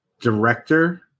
director